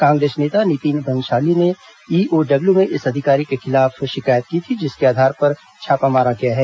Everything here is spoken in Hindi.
कांग्रेस नेता नितीन भंसाली ने ईओडब्ल्यू में इस अधिकारी के खिलाफ शिकायत की थी जिसके आधार पर छापा मारा गया है